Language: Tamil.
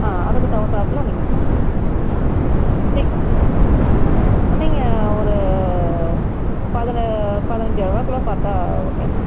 ஆ அதுக்கு தகுந்தாப்புல நீங்கள் நீ நீங்கள் ஒரு பதின பதினஞ்சாயிரம் ரூபாக்குள்ள பார்த்தா ஓகே மேம்